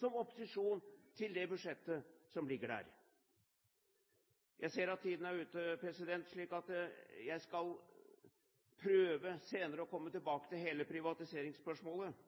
som opposisjon til det budsjettet som ligger der. Jeg ser at tiden snart er ute, president, så jeg skal prøve å komme tilbake til hele privatiseringsspørsmålet